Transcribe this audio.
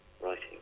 writing